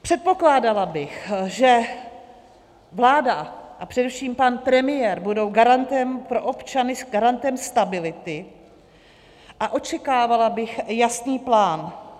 Předpokládala bych, že vláda a především pan premiér budou garantem pro občany, garantem stability, a očekávala bych jasný plán.